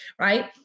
Right